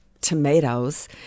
tomatoes